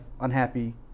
unhappy